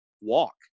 walk